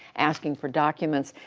asking for documents,